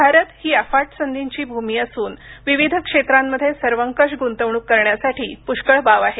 भारत ही अफाट संधीची भूमी असून विविध क्षेत्रांमध्ये सर्वंकष गूंतवणूक करण्यासाठी पुष्कळ वाव आहे